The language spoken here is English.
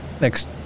Next